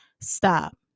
Stop